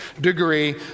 degree